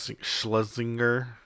schlesinger